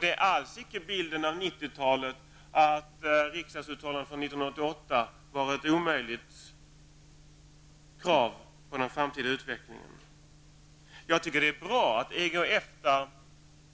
Det är alls icke bilden av 90-talet att riksdagsuttalandet från 1988 innebär ett omöjligt krav på den framtida utvecklingen. Jag tycker att det är bra att EG och EFTA